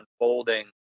unfolding